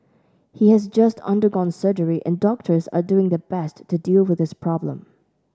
he has just undergone surgery and doctors are doing their best to deal with his problem